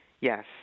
yes